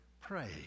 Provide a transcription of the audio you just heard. pray